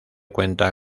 cuenta